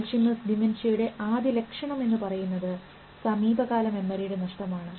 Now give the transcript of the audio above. Alzheimer's ഡിമെൻഷ്യയുടെ ആദ്യ ലക്ഷണം എന്ന് പറയുന്നത് സമീപകാല മെമ്മറിയുടെ നഷ്ടമാണ്